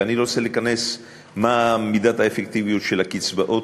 ואני לא רוצה להיכנס למידת האפקטיביות של הקצבאות,